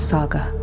Saga